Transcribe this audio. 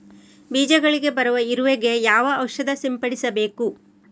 ಬೀಜಗಳಿಗೆ ಬರುವ ಇರುವೆ ಗೆ ಯಾವ ಔಷಧ ಸಿಂಪಡಿಸಬೇಕು?